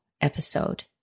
episode